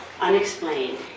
unexplained